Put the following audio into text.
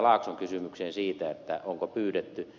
laakson kysymykseen siitä onko pyydetty